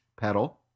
pedal